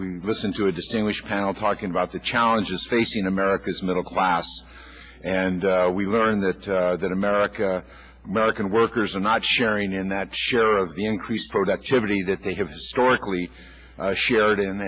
we listened to a distinguished panel talking about the challenges facing america's middle class and we learned that that america american workers are not sharing in that share of the increased productivity that they have historically shared and